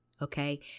Okay